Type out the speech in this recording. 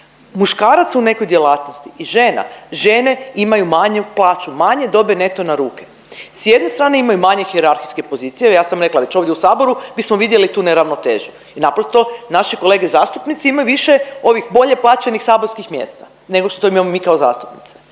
muškarac u nekoj djelatnosti i žena, žene imaju manju plaću, manje dobe neto na ruke. S jedne strane imaju manje hijerarhijske pozicije, evo ja sam rekla već ovdje u saboru bismo vidjeli tu neravnotežu i naprosto naši kolege zastupnici imaju više ovih bolje plaćenih saborskih mjesta nego što to imamo mi kao zastupnice,